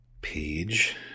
Page